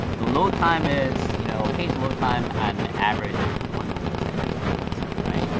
the load time is. you know page load time on average is two point one one seconds on my website, right? kay.